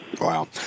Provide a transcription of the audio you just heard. Wow